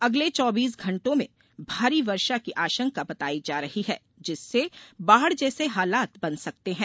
अगले चौबीस घंटों में भारी वर्षा की आशंका बतायी जा रही है जिससे बाढ़ जैसे हालात बन सकते हैं